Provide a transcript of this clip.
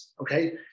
okay